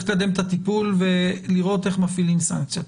לקדם את הטיפול ולראות איך מפעילים סנקציות.